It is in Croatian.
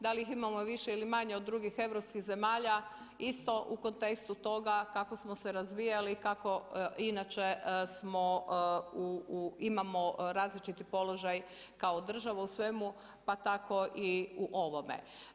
Da li ih imamo više ili manje od drugih europskih zemalja isto u kontekstu toga kako smo se razvijali, kako inače smo imamo različiti položaj kao država u svemu pa tako i u ovome.